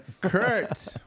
Kurt